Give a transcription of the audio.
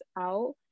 out